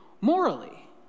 morally